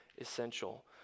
essential